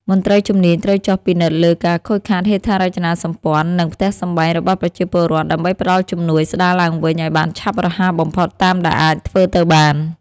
មន្ត្រីជំនាញត្រូវចុះពិនិត្យលើការខូចខាតហេដ្ឋារចនាសម្ព័ន្ធ និងផ្ទះសម្បែងរបស់ប្រជាពលរដ្ឋ ដើម្បីផ្តល់ជំនួយស្ដារឡើងវិញឱ្យបានឆាប់រហ័សបំផុតតាមដែលអាចធ្វើទៅបាន។